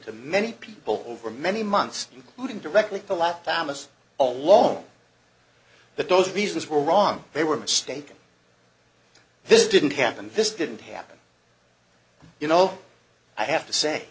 to many people over many months including directly to life thomas alone that those reasons were wrong they were mistaken this didn't happen this didn't happen you know i have to say